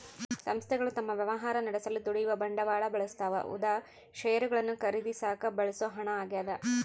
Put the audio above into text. ಸಂಸ್ಥೆಗಳು ತಮ್ಮ ವ್ಯವಹಾರ ನಡೆಸಲು ದುಡಿಯುವ ಬಂಡವಾಳ ಬಳಸ್ತವ ಉದಾ ಷೇರುಗಳನ್ನು ಖರೀದಿಸಾಕ ಬಳಸೋ ಹಣ ಆಗ್ಯದ